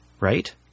Right